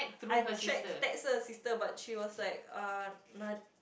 I tried text her sister but she was like uh nad~